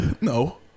No